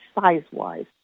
size-wise